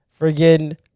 friggin